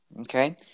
Okay